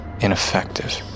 Ineffective